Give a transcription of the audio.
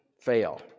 fail